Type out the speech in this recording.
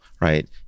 right